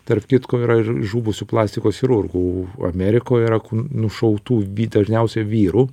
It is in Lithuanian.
tarp kitko yra ir žuvusių plastikos chirurgų amerikoj yra kur nušautų vy dažniausiai vyrų